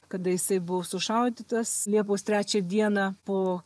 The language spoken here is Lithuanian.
kada jisai buvo sušaudytas liepos trečią dieną po